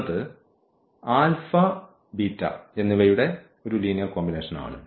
എന്നത് എന്നിവയുടെ ഒരു ലീനിയർ കോമ്പിനേഷൻ ആണ്